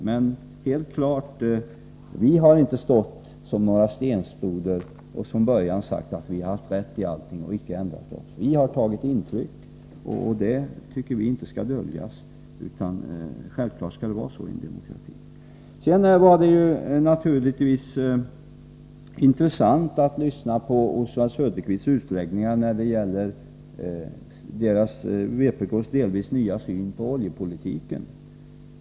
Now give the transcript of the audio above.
Helt klart är dock att vi socialdemokrater inte har uppträtt som några stenstoder och från början sagt att vi har haft rätt i allting och inte ändrat oss. Vi har tagit intryck av andra, det skall inte döljas. Självfallet skall det också fungera så i en demokrati. Det var intressant att lyssna till Oswald Söderqvists utläggningar om vpk:s delvis nya syn på oljepolitiken.